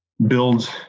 build